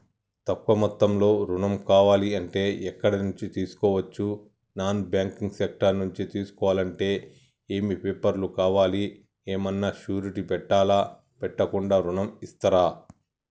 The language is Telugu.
తక్కువ మొత్తంలో ఋణం కావాలి అంటే ఎక్కడి నుంచి తీసుకోవచ్చు? నాన్ బ్యాంకింగ్ సెక్టార్ నుంచి తీసుకోవాలంటే ఏమి పేపర్ లు కావాలి? ఏమన్నా షూరిటీ పెట్టాలా? పెట్టకుండా ఋణం ఇస్తరా?